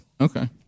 Okay